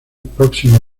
próximo